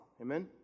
Amen